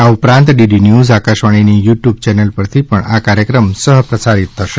આ ઉપરાંત DD news આકાશવાણીની યુટ્યૂબ ચેનલ પરથી પણ આ કાર્યક્રમ સહપ્રસારિત થશે